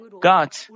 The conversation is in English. God